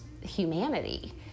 humanity